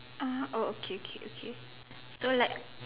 ah oh okay okay okay so like